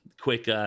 quick